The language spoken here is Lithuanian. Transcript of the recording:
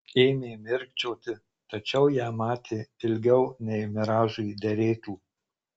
ėmė mirkčioti tačiau ją matė ilgiau nei miražui derėtų